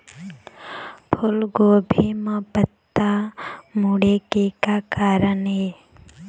फूलगोभी म पत्ता मुड़े के का कारण ये?